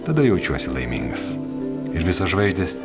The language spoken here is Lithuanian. tada jaučiuosi laimingas ir visos žvaigždės